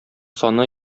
саны